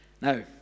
Now